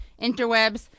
interwebs